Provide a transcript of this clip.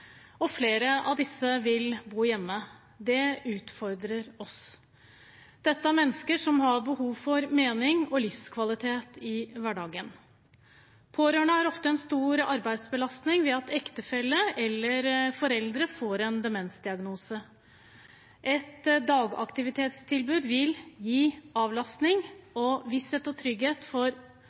og flere av disse vil bo hjemme. Det utfordrer oss. Dette er mennesker som har behov for mening og livskvalitet i hverdagen. Pårørende får ofte en stor arbeidsbelastning ved at ektefelle eller foreldre får en demensdiagnose. Et dagaktivitetstilbud vil gi avlastning og visshet og trygghet for